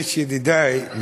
ידידי,